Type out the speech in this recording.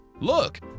Look